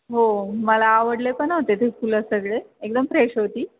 हो मला आवडले पण होते ते फुलं सगळे एकदम फ्रेश होती